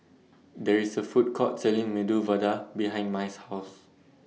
There IS A Food Court Selling Medu Vada behind Mai's House